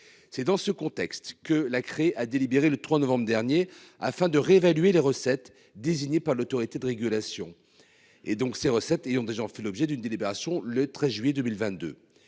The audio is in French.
C'est dans ce contexte que la créa délibéré le 3 novembre dernier afin de réévaluer les recettes désigné par l'Autorité de régulation. Et donc ses recettes ayant déjà fait l'objet d'une délibération le 13 juillet 2022.